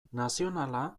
nazionala